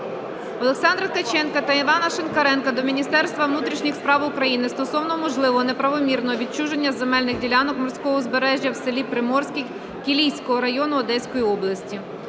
Олександра Ткаченка та Івана Шинкаренка до Міністерства внутрішніх справ України стосовно можливого неправомірного відчуження земельних ділянок морського узбережжя в селі Приморське Кілійського району Одеської області.